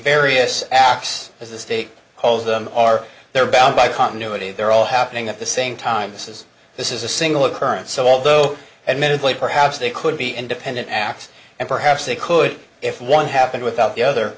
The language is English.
various acts as the state holds them are they're bound by continuity they're all happening at the same time this is this is a single occurrence so although admittedly perhaps they could be independent acts and perhaps they could if one happened without the other